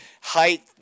height